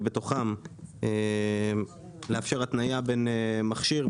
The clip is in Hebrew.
ובתוכן לאפשר התניה בין מכשיר,